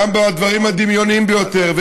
גם בדברים הדמיוניים ביותר,